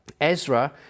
Ezra